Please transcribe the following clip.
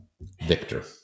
victor